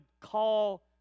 call